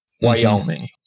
Wyoming